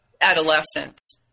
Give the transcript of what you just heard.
adolescence